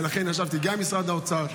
ולכן ישבתי גם עם משרד האוצר,